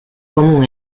común